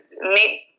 meet